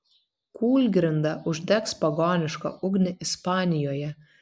kūlgrinda uždegs pagonišką ugnį ispanijoje